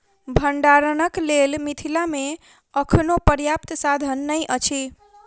भंडारणक लेल मिथिला मे अखनो पर्याप्त साधन नै अछि